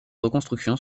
reconstructions